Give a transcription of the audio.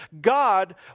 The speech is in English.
God